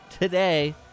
today